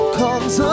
comes